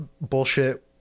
bullshit